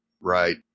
Right